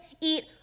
eat